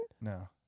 No